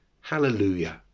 Hallelujah